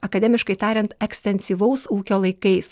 akademiškai tariant ekstensyvaus ūkio laikais